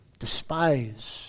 despise